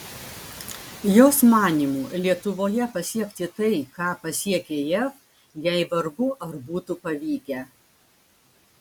jos manymu lietuvoje pasiekti tai ką pasiekė jav jai vargu ar būtų pavykę